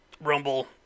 rumble